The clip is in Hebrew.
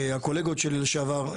הקולגות שלי לשעבר,